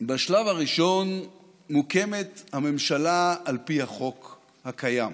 בשלב הראשון מוקמת הממשלה על פי החוק הקיים.